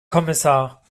kommissar